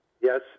Yes